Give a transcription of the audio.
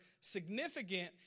significant